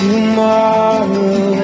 Tomorrow